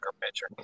picture